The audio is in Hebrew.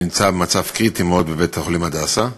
נמצא במצב קריטי מאוד בבית-החולים "הדסה",